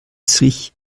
sich